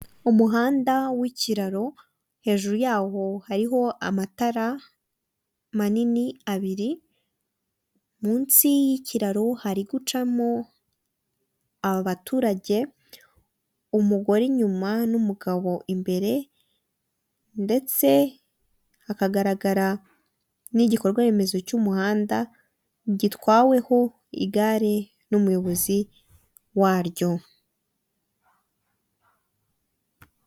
Ndahabona igazeti ya leta nimero enye yo kuwa munani bibiri na makumyabiri na gatatu, iyo gazete ikaba yandikishijwe amagambo y'umukara, ikaba yanditse mu ndimi eshatu arizo; ikinyarwanda, icyongereza ndetse n'igifaransa.